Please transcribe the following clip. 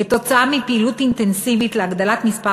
כתוצאה מפעילות אינטנסיבית להגדלת מספר